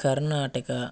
Karnataka